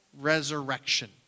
resurrection